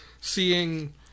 seeing